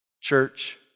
Church